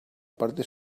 parte